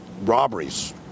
robberies